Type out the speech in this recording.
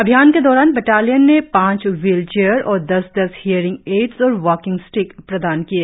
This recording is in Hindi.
अभियान के दौरान बटालियन ने पांच व्हील चेयर और दस दस हियरिंग एड्स और वाकिंग स्टीक प्रदान किए